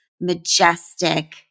majestic